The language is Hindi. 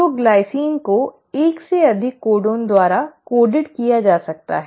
तो ग्लाइसीन को 1 से अधिक कोडन द्वारा कोडेड किया जा सकता है